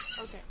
Okay